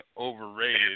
overrated